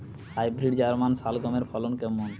Hybrid German শালগম এর ফলন কেমন?